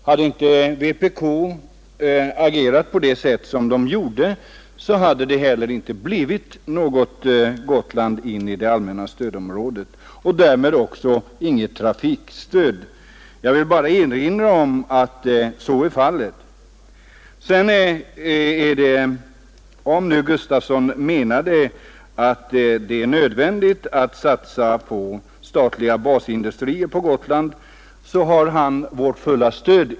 Hade inte vpk agerat på det sätt som vi gjorde hade Gotland inte kommit in i det allmänna stödområdet och därmed hade ön inte heller fått något trafikstöd. Jag vill bara erinra om att så är fallet. Om herr Gustafsson i Stenkyrka menade att det är nödvändigt att satsa på statliga basindustrier på Gotland har han vårt fulla stöd.